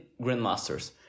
grandmasters